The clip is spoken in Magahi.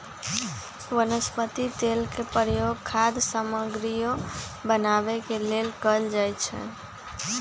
वनस्पति तेल के प्रयोग खाद्य सामगरियो बनावे के लेल कैल जाई छई